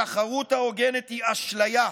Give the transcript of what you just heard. התחרות ההוגנת היא אשליה.